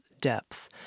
depth